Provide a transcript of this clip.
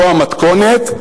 זו המתכונת,